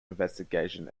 investigation